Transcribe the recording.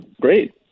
Great